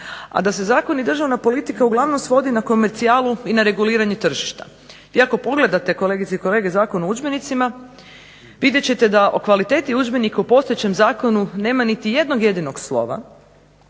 a da se zakon i državna politika uglavnom svodi na komercijalu i na reguliranje tržišta. Vi ako pogledate, kolegice i kolege, Zakon o udžbenicima vidjet ćete da o kvaliteti udžbenika u postojećem zakonu nema niti jednog jedinog slova,